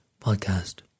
podcast